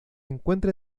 encuentra